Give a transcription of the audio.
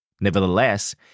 Nevertheless